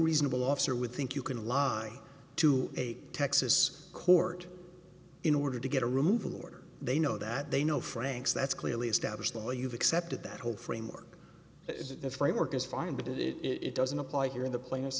reasonable officer would think you can lie to a texas court in order to get a removal order they know that they know frank's that's clearly established well you've accepted that whole framework is the framework is fine but it it doesn't apply here in the pla